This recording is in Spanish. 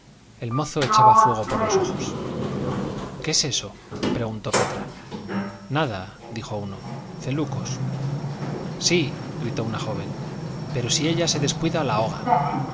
el mozo echaba fuego por los ojos qué es eso preguntó petra nada dijo uno celucos sí gritó una joven pero si ella se descuida la ahoga